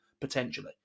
potentially